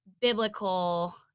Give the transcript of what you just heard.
biblical